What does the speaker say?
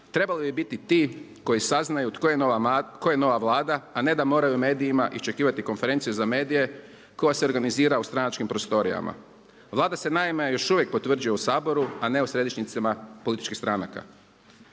trebali bi biti ti koji saznaju tko je nova Vlada a ne da moraju medijima iščekivati konferencije za medije koja se organizira u stranačkim prostorijama. Vlada se naime još uvijek potvrđuje u Saboru a ne u središnjicama političkih stranaka.